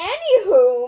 Anywho